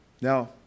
Now